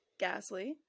Gasly